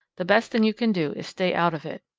the best thing you can do is stay out of it.